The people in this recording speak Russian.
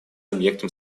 объектом